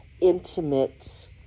intimate